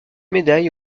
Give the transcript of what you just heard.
médaille